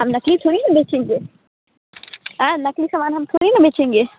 हम नकली थोड़ी न बेचेंगे नकली सामान हम थोड़ी न बेचेंगे